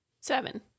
seven